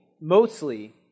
mostly